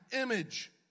image